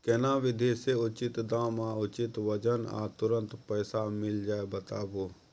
केना विधी से उचित दाम आ उचित वजन आ तुरंत पैसा मिल जाय बताबू?